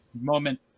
moment